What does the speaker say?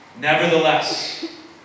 Nevertheless